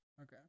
Okay